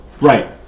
Right